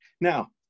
Now